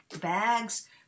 bags